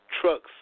trucks